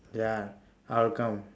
ya I'll come